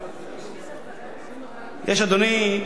יש, אדוני,